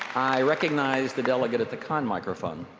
i recognize the delegate at the con microphone.